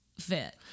Fit